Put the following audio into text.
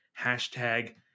hashtag